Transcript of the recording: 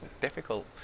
difficult